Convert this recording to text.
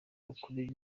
ukubiri